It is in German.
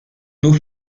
nur